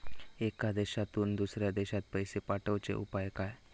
एका देशातून दुसऱ्या देशात पैसे पाठवचे उपाय काय?